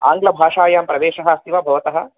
आङ्ग्लभाषायां प्रवेशः अस्ति वा भवतः